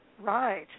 Right